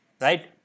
Right